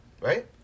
right